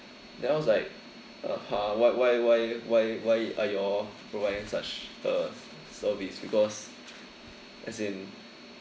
then I was like (uh huh) what why why why why are you all providing such a service because as in